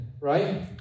right